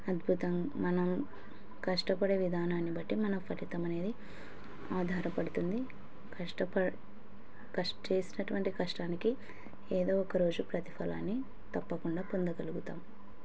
అద్భుతం మనం కష్టపడే విధానాన్ని బట్టి మన ఫలితం అనేది ఆధారపడుతుంది కష్టప క చేసినటువంటి కష్టానికి ఏదో ఒక రోజు ప్రతిఫలాన్ని తప్పకుండా పొందగలుగుతాం